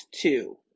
two